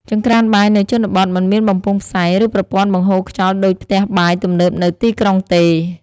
ចង្ក្រានបាយនៅជនបទមិនមានបំពង់ផ្សែង ឬប្រព័ន្ធបង្ហូរខ្យល់ដូចផ្ទះបាយទំនើបនៅទីក្រុងទេ។